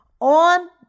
on